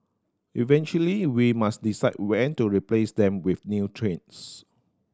eventually we must decide when to replace them with new trains